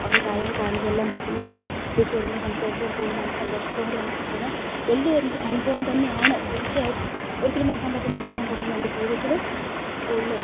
അവിടുത്തെ കാര്യങ്ങൾ കാണണമെങ്കിൽ എല്ലാം എല്ലാം ചെയ്ത് തിരിച്ചു വരുമ്പോഴും നമുക്ക് എറ്റവും കൂടുതൽ നമുക്ക് സന്തോഷത്തോടെയാണ് തിരിച്ചു വന്നത് വലിയൊരു അനുഭവം തന്നെയാണ് തീർച്ചയായിട്ട് ഒരിക്കലും മറക്കാൻ പറ്റാത്ത അനുഭവം തന്നെയാണ് എൻ്റെ ജീവിതത്തിൽ കൂടുതൽ